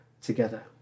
together